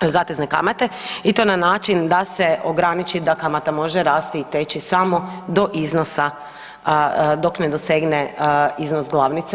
zatezne kamate i to na način da se ograniči da kamata može rasti i teći samo do iznosa dok ne dosegne iznos glavnice.